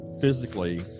physically